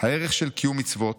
"הערך של קיום מצוות,